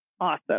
awesome